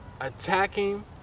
attacking